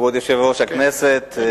כבוד יושב-ראש הכנסת,